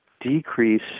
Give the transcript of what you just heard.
decrease